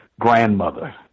grandmother